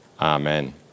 Amen